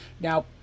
Now